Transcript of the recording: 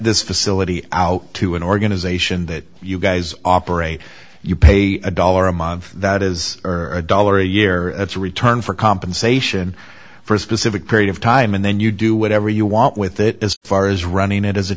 this facility out to an organization that you guys operate you pay a dollar a month that is or a dollar a year it's a return for compensation for a specific period of time and then you do whatever you want with that as far as running it as a